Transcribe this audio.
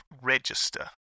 register